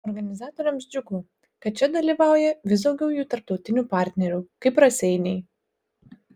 organizatoriams džiugu kad čia dalyvauja vis daugiau jų tarptautinių partnerių kaip raseiniai